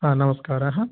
हा नमस्कारः